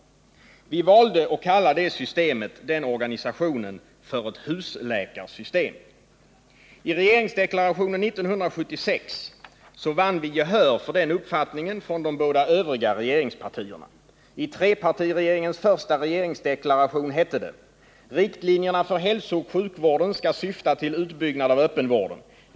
Vi valde att kalla den organisationen för ett husläkarsystem. I regeringsdeklarationen 1976 vann vi gehör för denna uppfattning hos de båda övriga regeringspartierna. I trepartiregeringens första regeringsdeklaration hette det: ”Riktlinjerna för hälsooch sjukvården skall syfta till utbyggnad av öppenvården.